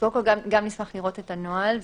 נשמח לראות את הנוהל,